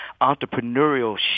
entrepreneurial